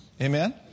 Amen